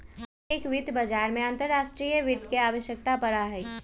हर एक वित्त बाजार में अंतर्राष्ट्रीय वित्त के आवश्यकता पड़ा हई